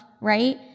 right